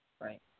Right